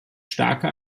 starke